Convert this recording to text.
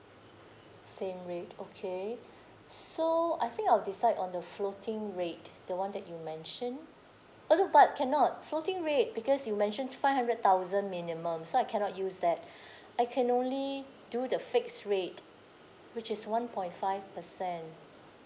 same rate okay so I think I'll decide on the floating rate the [one] that you mention oh no but cannot floating rate because you mention five hundred thousand minimum so I cannot use that I can only do the fixed rate which is one point five percent